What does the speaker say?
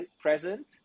present